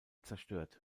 zerstört